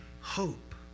hope